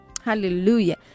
Hallelujah